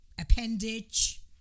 appendage